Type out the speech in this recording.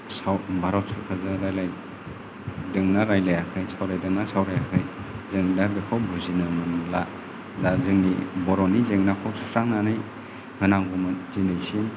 भारत सरकारजों रायलायदोंना रायलायाखै सावरायदोंना सावरायाखै जों दा बेखौ बुजिनो मोनला दा जोंनि बर'नि जेंनाखौ सुस्रांनानै होनांगौमोन दिनैसिम